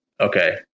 Okay